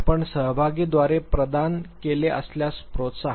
आपण सहभागीद्वारे प्रदान केले असल्यास प्रोत्साहन